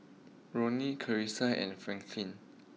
Ronny Clarisa and Franklin